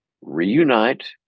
reunite